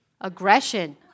Aggression